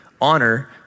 honor